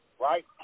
Right